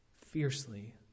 fiercely